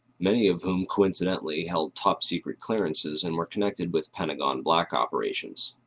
many of whom coincidentally held top secret clearances and were connected with pentagon black operations.